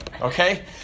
Okay